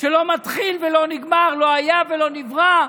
שלא מתחיל ולא נגמר, לא היה ולא נברא,